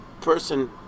person